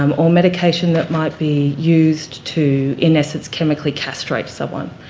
um or medication that might be used to, in essence, chemically castrate someone,